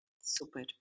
Super